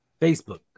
Facebook